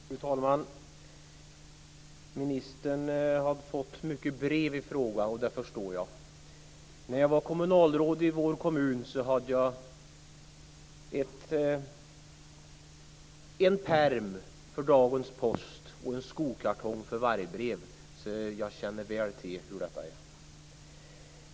Fru talman! Ministern har fått många brev i frågan, och det förstår jag. När jag var kommunalråd i min hemkommun hade jag en pärm för dagens post och en skokartong för vargbrev, så jag känner väl till hur det är.